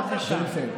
בבקשה.